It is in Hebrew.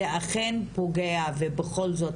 זה אכן פוגע ובכל זאת,